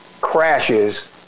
crashes